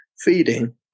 feeding